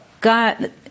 God